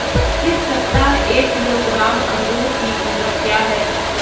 इस सप्ताह एक किलोग्राम अमरूद की कीमत क्या है?